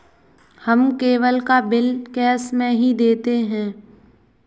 हम केबल का bill cash में ही देते हैं